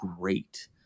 great